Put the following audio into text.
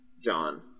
John